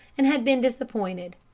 and had been disappointed.